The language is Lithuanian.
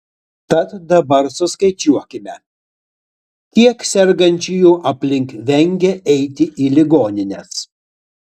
tad dabar suskaičiuokime kiek sergančiųjų aplink vengia eiti į ligonines